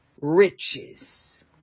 riches